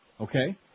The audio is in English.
Okay